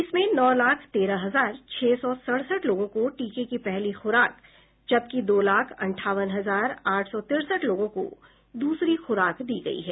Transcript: इसमें नौ लाख तेरह हजार छह सौ सड़सठ लोगों को टीके की पहली खुराक जबकि दो लाख अंठावन हजार आठ सौ तिरसठ लोगों को दूसरी खुराक दी गयी है